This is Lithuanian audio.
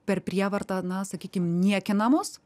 per prievartą na sakykim niekinamos